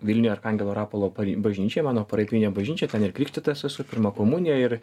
vilniuje arkangelo rapolo bažnyčioj mano parapinė bažnyčia ten ir krikštytas esu pirmą komuniją ir